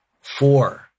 Four